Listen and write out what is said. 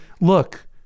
look